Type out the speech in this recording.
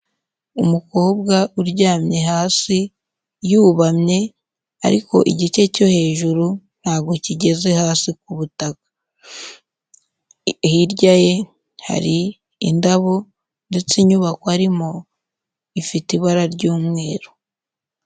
Umukobwa uryamye hasi yubamye, ariko igice cyo hejuru ntabwo kigeze hasi ku butaka, hirya ye hari indabo ndetse inyubako arimo ifite ibara ry'umweru.